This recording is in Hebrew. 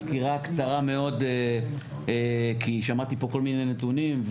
סקירה קצרה מאוד כי שמעתי פה כל מיני נתונים,